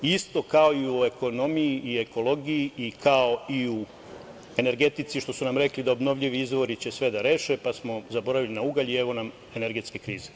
Isto kao i u ekonomiji i ekologiji i kao i u energetici što su nam rekli da obnovljivi izvori će sve da reše, pa smo zaboravili na ugalj i evo nam energetske krize.